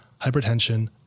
hypertension